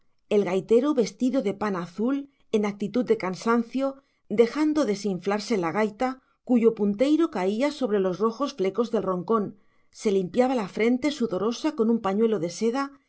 el gaitero vestido de pana azul en actitud de cansancio dejando desinflarse la gaita cuyo punteiro caía sobre los rojos flecos del roncón se limpiaba la frente sudorosa con un pañuelo de seda